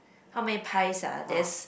how many pies ah there's